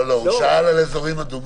לא, לא, הוא שאל על אזורים אדומים.